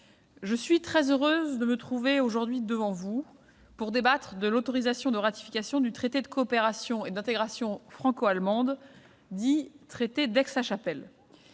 je suis très heureuse de me trouver aujourd'hui devant vous pour débattre de l'autorisation de ratification du traité sur la coopération et l'intégration franco-allemandes, dit traité d'Aix-la-Chapelle.